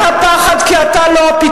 אתה לא תיבנה מהפחד, כי אתה לא הפתרון.